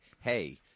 Hey